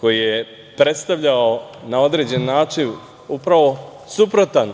koji je predstavljao na određen način upravo suprotan